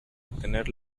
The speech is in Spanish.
obtener